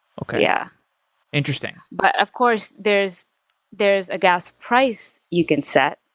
okay. yeah interesting of course, there's there's a gas price you can set,